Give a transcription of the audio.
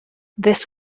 this